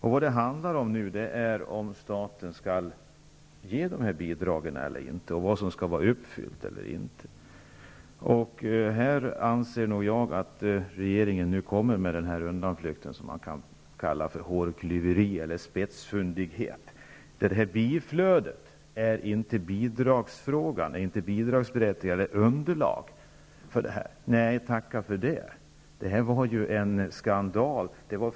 Nu handlar det om ifall staten skall ge statsbidrag eller inte och vilka krav som skall vara uppfyllda. Jag anser att regeringen här kommer med en undanflykt som kan liknas vid hårklyverier eller spetsfundigheter. Det sägs i svaret att biflödet inte ingår i bidragsunderlaget. Nej, tacka för det! Detta var en skandal.